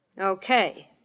Okay